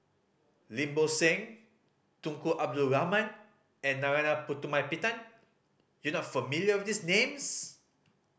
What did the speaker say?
Lim Bo Seng Tunku Abdul Rahman and Narana Putumaippittan you not familiar with these names